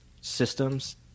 systems